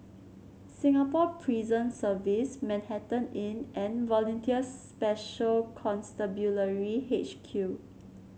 Singapore Prison Service Manhattan Inn and Volunteer Special Constabulary H Q